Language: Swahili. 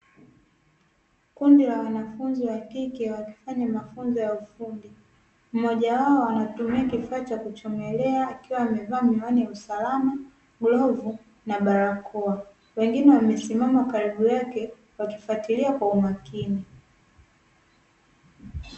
Kundi la wanafunzi wa kike wakifanya mafunzo ya ufundi, mmoja wao anatumia kifaa cha kuchomelea, akiwa amevaa miwani ya usalama, galvu na barakoa, wengine wamesimama karibu yake wakifuatilia kwa umakini.